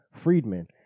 Friedman